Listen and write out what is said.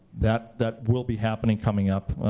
that that will be happening coming up,